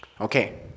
Okay